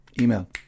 email